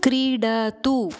क्रीडतु